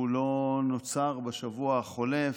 הוא לא נוצר בשבוע החולף,